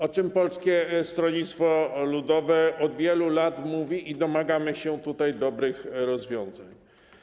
O tym Polskie Stronnictwo Ludowe od wielu lat mówi i domagamy się tutaj dobrych rozwiązań.